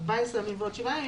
14 ימים ועוד שבעה ימים,